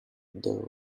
though